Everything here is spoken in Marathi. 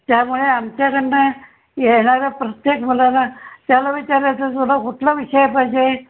त्यामुळे आमच्याकडून येणाऱ्या प्रत्येक मुलाला त्याला विचारायचं तुला कुठला विषय पाहिजे